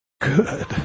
good